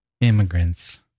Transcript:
Immigrants